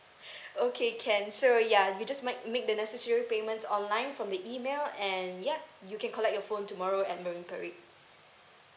okay can so ya you just ma~ make the necessary payments online from the email and ya you can collect your phone tomorrow at marine parade